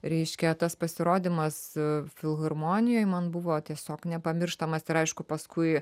reiškia tas pasirodymas filharmonijoj man buvo tiesiog nepamirštamas ir aišku paskui